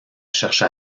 cherche